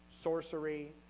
sorcery